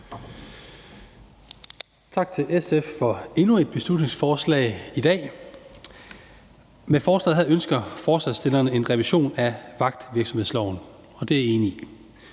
Tak til SF for endnu et beslutningsforslag i dag. Med forslaget her ønsker forslagsstillerne en revision af vagtvirksomhedsloven, og der er jeg enig.